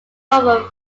over